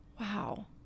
Wow